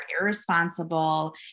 irresponsible